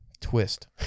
Twist